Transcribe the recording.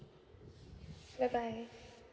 bye bye